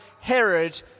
Herod